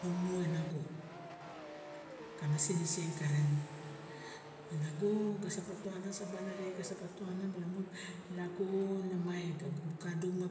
Mumu e nago kana siniseng karen me nago gase patuana savar arixe gasa patuana malamun nago nemai na bu ka duxu